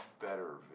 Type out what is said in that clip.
better